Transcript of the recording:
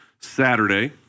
Saturday